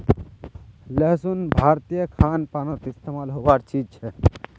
लहसुन भारतीय खान पानोत इस्तेमाल होबार चीज छे